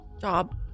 job